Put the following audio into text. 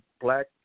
black